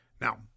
Now